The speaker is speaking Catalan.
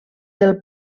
del